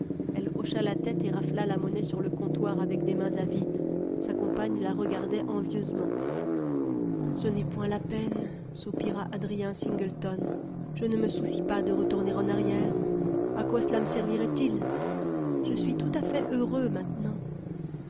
elle hocha la tête et rafla la monnaie sur le comptoir avec des mains avides sa compagne la regardait envieusement ce n'est point la peine soupira adrien singleton je ne me soucie pas de retourner en arrière a quoi cela me servirait-il je suis tout à fait heureux maintenant